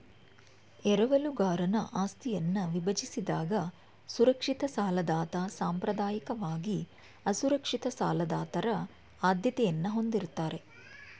ಎರವಲುಗಾರನ ಆಸ್ತಿಯನ್ನ ವಿಭಜಿಸಿದಾಗ ಸುರಕ್ಷಿತ ಸಾಲದಾತ ಸಾಂಪ್ರದಾಯಿಕವಾಗಿ ಅಸುರಕ್ಷಿತ ಸಾಲದಾತರ ಆದ್ಯತೆಯನ್ನ ಹೊಂದಿರುತ್ತಾರೆ